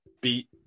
beat